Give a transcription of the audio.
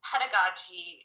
Pedagogy